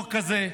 החוק הזה,